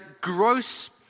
gross